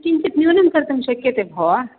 किञ्चिद् न्यूनं कर्तुं शक्यते भोः